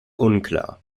unklar